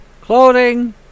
clothing